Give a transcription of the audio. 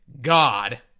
God